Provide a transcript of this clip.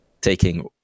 taking